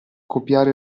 copiare